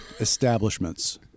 establishments